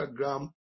Instagram